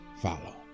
follow